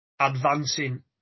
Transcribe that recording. advancing